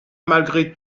malgré